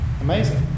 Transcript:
amazing